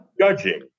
judging